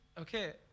okay